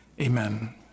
Amen